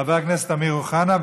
חבר הכנסת אמיר אוחנה,